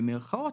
במירכאות,